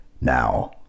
Now